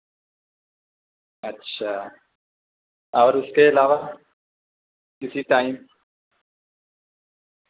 اچھا اور اس کے علاوہ کسی ٹائم